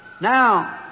Now